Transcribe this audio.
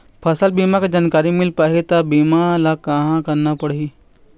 फसल बीमा के जानकारी मिल पाही ता बीमा ला कहां करना पढ़ी?